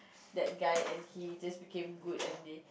that guy and he just became good and they